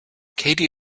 katie